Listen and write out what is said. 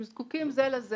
הם זקוקים זה לזה.